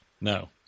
No